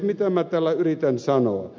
mitä minä tällä yritän sanoa